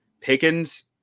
Pickens